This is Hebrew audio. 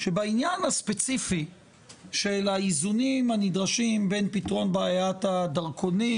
שבעניין הספציפי של האיזונים הנדרשים בין פתרון בעיית הדרכונים,